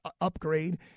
upgrade